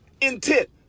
intent